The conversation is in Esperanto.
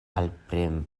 alpremas